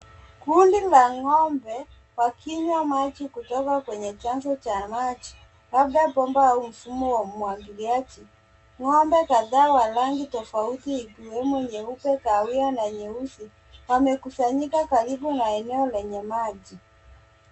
Kundi la ng'ombe, wakinywa maji kutoka kwenye chanzo cha maji. Labda bomba au mfumo wa umwagiliaji. Ng'ombe kadhaa wa rangi tofauti ikiwemo nyeupe, kahawia na nyeusi, wamekusanyika karibu na eneo lenye maji.